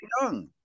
young